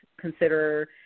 consider